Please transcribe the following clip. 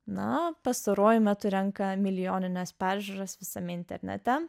na pastaruoju metu renka milijonines peržiūras visame internete